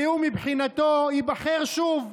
הרי הוא, מבחינתו, ייבחר שוב,